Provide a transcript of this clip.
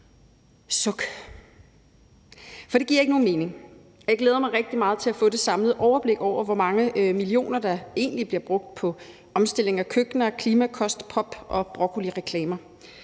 Suk! Det giver ikke nogen mening. Og jeg glæder mig rigtig meget til at få det samlede overblik over, hvor mange millioner kroner der egentlig bliver brugt på omstilling af køkkener, klimakostpop og broccolireklamer.